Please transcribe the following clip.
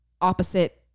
opposite